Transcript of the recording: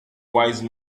wise